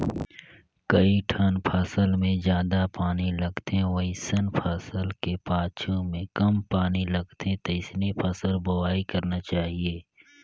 कइठन फसल मे जादा पानी लगथे वइसन फसल के पाछू में कम पानी लगथे तइसने फसल बोवाई करना चाहीये